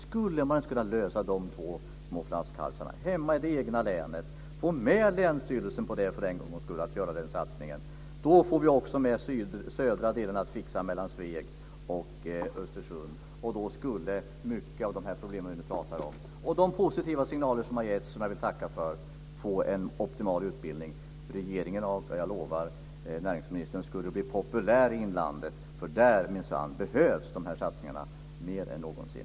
Skulle man inte kunna lösa de två små flaskhalsarna hemma i det egna länet - få med Länsstyrelsen på att göra den satsningen för en gångs skull? Då får vi också med att fixa södra delen mellan Sveg och Östersund. Det skulle hjälpa när det gäller många av de problem som vi nu pratar om. De positiva signaler som har givits, som jag vill tacka för, skulle ge en optimal utdelning. Regeringen och näringsministern skulle, det lovar jag, bli populära i inlandet. Där behövs minsann de här satsningarna mer än någonsin.